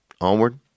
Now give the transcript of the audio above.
Onward